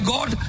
God